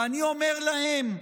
ואני אומר להם,